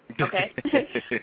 okay